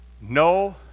No